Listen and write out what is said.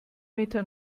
meter